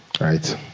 right